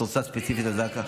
את רוצה ספציפית על זק"א,